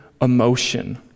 emotion